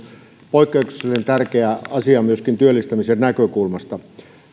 poikkeuksellisen tärkeä asia myöskin työllistämisen näkökulmasta